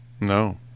No